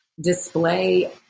display